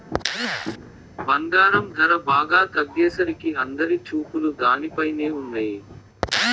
బంగారం ధర బాగా తగ్గేసరికి అందరి చూపులు దానిపైనే ఉన్నయ్యి